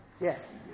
Yes